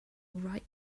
write